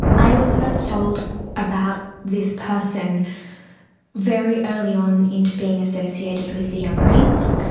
i was first told about this person very early on into being associated with the young greens.